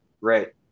right